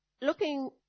Looking